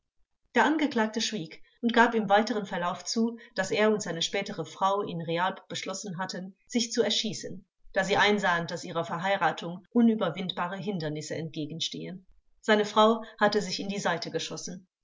der angeklagte schwieg und gab im weiteren verlauf zu daß er und seine spätere frau in realp beschlossen hatten sich zu erschießen da sie einsahen daß ihrer verheiratung unüberwindbare hindernisse entgegenstehen seine frau hatte sich in die seite geschossen